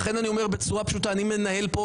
לכן אני אומר בצורה פשוטה שאני מנהל כאן